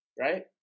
Right